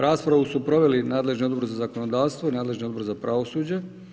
Raspravu su proveli nadležni Odbor za zakonodavstvo, nadležni Odbor za pravosuđe.